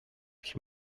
qui